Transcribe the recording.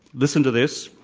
listen to this.